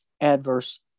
adverse